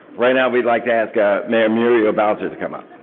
right now we'd like to ask ah mayor muriel bowser to come up.